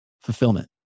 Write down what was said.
fulfillment